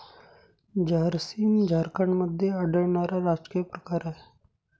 झारसीम झारखंडमध्ये आढळणारा राजकीय प्रकार आहे